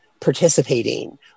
participating